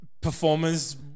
performers